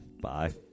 Bye